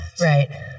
Right